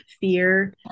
fear